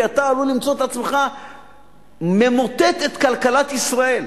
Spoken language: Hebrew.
כי אתה עלול למצוא את עצמך ממוטט את כלכלת ישראל.